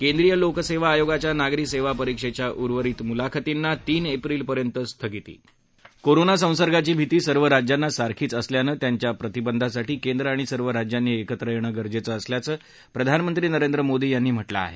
केंद्रीय लोकसद्वा आयोगाच्या नागरी सद्वापरीक्षच्या उर्वरित मुलाखतींना तीन एप्रिलपर्यंत स्थगिती कोरोना संसर्गाची भिती सर्व राज्यांना सारखीच असल्यानं त्याच्या प्रतिबधासाठी केंद्र आणि सर्व राज्यांनी एकत्र येणं गरजेचं असल्याचं प्रधानमंत्री नरेंद्र मोदी यांनी म्हटलं आहे